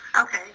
Okay